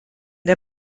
der